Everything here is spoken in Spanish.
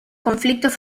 conflictos